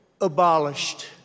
abolished